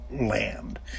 land